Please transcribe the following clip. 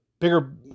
bigger